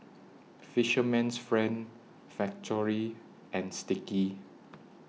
Fisherman's Friend Factorie and Sticky